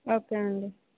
okay అండి